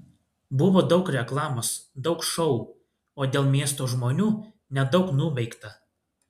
buvo daug reklamos daug šou o dėl miesto žmonių nedaug nuveikta